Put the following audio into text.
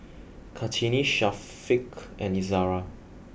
Kartini Syafiq and Izzara